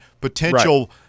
potential